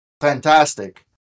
Fantastic